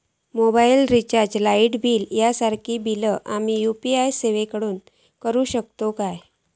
Mobile recharge, light bill यांसारखी बिला आम्ही यू.पी.आय सेवेतून करू शकतू काय?